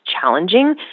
challenging